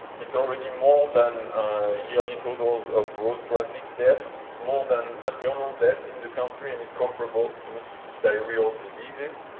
it's already more than yearly totals of road traffic deaths, more than maternal deaths in the country, and it's comparable to diarrheal diseases,